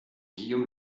guillaume